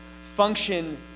function